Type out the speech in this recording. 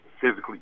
physically